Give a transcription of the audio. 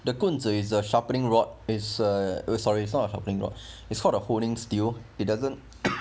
the 棍子 is the sharpening rod is uh sorry it's not a sharpening rod is called a holding stale it doesn't